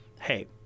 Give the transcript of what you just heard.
hey